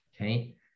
Okay